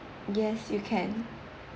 yes you can